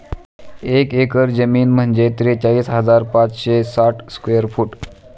एक एकर जमीन म्हणजे त्रेचाळीस हजार पाचशे साठ चौरस फूट